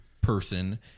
person